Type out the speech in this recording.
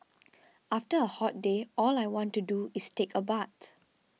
after a hot day all I want to do is take a bath